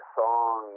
song